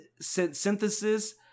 synthesis